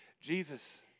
Jesus